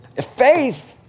Faith